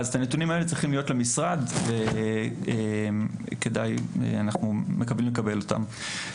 הנתונים האלה צריכים להיות במשרד ואנחנו מקווים לקבל אותם.